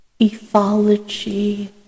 ethology